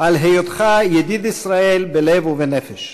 על היותך ידיד ישראל בלב ובנפש.